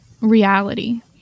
reality